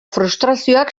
frustrazioak